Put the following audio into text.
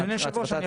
אדוני היושב-ראש,